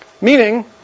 Meaning